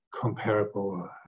comparable